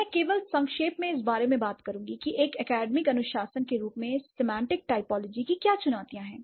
मैं केवल संक्षेप में इस बारे में बात करूंगी कि एक अकादमिक अनुशासन के रूप में सिमेंटिक टाइपोलॉजी की क्या चुनौतियां हैं